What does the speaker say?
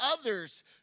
others